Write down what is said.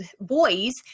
boys